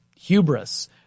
hubris